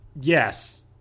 Yes